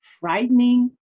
frightening